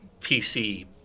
PC